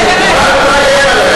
גם עלי אתה מאיים?